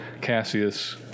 Cassius